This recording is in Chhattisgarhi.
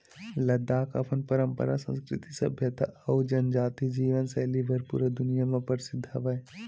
लद्दाख अपन पंरपरा, संस्कृति, सभ्यता अउ जनजाति जीवन सैली बर पूरा दुनिया म परसिद्ध हवय